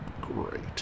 great